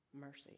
mercy